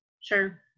Sure